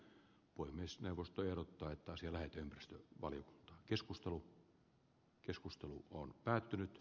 puhemiesneuvosto ehdottaa että asia lähetetään valio keskustelu keskustelu on päättynyt